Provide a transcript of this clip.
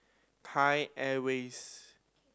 Thai Airways